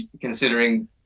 considering